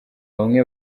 bamwe